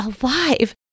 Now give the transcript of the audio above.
alive